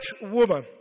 woman